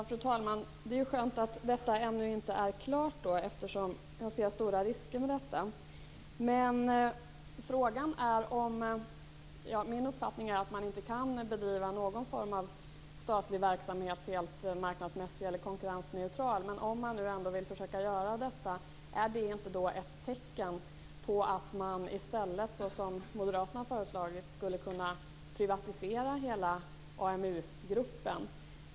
Fru talman! Det är skönt att detta ännu inte är klart, eftersom jag kan se stora risker med detta. Min uppfattning är att man inte kan bedriva någon form av statlig verksamhet helt marknadsmässigt eller konkurrensneutralt. Men om man ändå vill försöka göra det, är det inte då ett tecken på att man i stället, som Moderaterna har föreslagit, skulle kunna privatisera hela AmuGruppen?